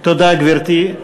תודה, גברתי.